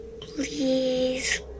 Please